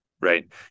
right